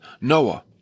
Noah